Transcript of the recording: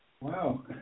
wow